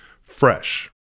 fresh